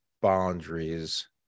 boundaries